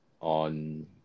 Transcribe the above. on